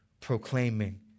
proclaiming